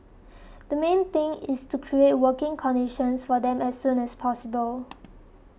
the main thing is to create working conditions for them as soon as possible